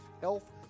health